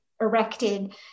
erected